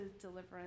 deliverance